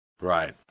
Right